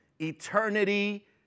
Eternity